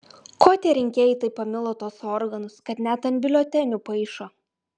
ko tie rinkėjai taip pamilo tuos organus kad net ant biuletenių paišo